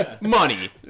Money